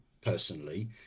personally